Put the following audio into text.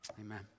Amen